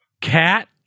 Cat